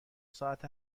ساعت